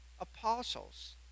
apostles